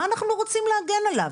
מה אנחנו רוצים להגן עליו?